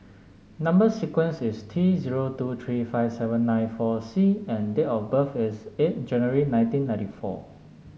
number sequence is T zero two three five seven nine four C and date of birth is eight January nineteen ninety four